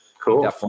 cool